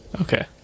Okay